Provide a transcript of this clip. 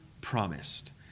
promised